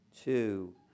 two